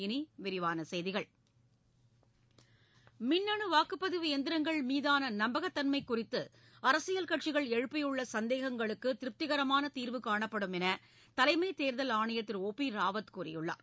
இனி விரிவான செய்திகள் மின்னு வாக்குப்பதிவு எந்திரங்கள் மீதாள நம்பகத்தன்மை குறித்து அரசியல் கட்சிகள் எழுப்பியுள்ள சந்தேகங்களுக்கு திருப்திகரமான தீர்வு காணப்படும் என தலைமைத் தேர்தல் ஆணையர் திரு ஒ பி ராவத் கூறியுள்ளார்